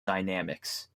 dynamics